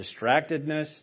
distractedness